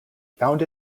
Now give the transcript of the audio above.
found